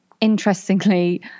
interestingly